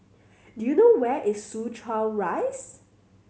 do you know where is Soo Chow Rise